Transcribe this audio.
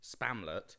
Spamlet